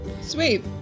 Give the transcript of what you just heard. Sweet